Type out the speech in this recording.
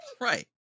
Right